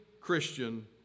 Christian